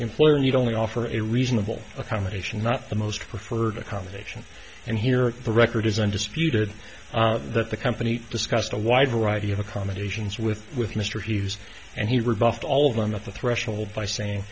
employer and you don't offer a reasonable accommodation not the most preferred accommodation and here the record is undisputed that the company discussed a wide variety of accommodations with with mr hughes and he rebuffed all of them at the threshold by saying